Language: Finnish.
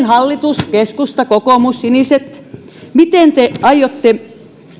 hallitus keskusta kokoomus siniset miten te aiotte